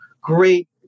great